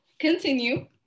Continue